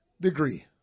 degree